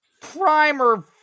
primer